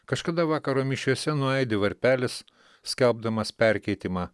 kažkada vakaro mišiose nuaidi varpelis skelbdamas perkeitimą